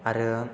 आरो